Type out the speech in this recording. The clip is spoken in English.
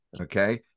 okay